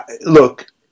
look